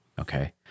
Okay